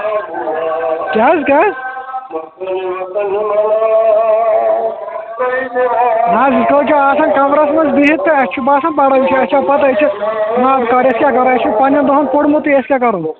کیاہ حظ کیاہ حظ نہ حظ یِتھ کٲٹھۍ چھ آسان کَمرَس منٛز بِہِتھ تہٕ تہِ اَسۍ چھُ باسَان پَران چھُ اَسہِ چھا پَتہ أسۍ چھِ نابکار اَسہِ چھُ نہٕ پَننٮ۪ن دۄہَن پوٚرمُتٕے أسۍ کیاہ کَرو